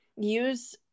use